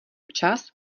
čas